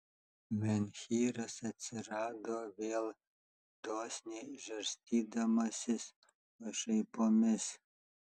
menhyras atsirado vėl dosniai žarstydamasis pašaipomis